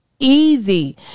easy